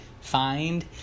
find